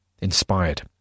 Inspired